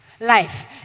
Life